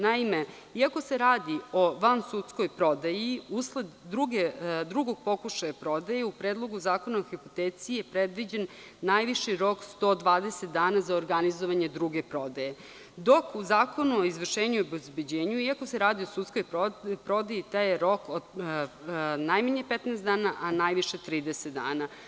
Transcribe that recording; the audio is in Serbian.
Naime, iako se radi o vansudskoj prodaji usled drugog pokušaja prodaje, u Predlogu zakona o hipoteci je predviđen najviši rok 120 dana za organizovanje druge prodaje, dok u Zakonu o izvršenju i obezbeđenju, iako se radi o sudskoj prodaji, taj rok je najmanje 15 dana, a najviše 30 dana.